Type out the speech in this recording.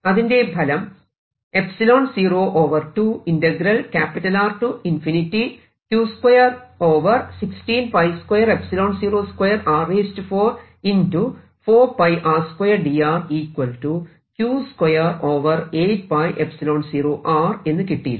അതിന്റെ ഫലം എന്ന് കിട്ടിയിരുന്നു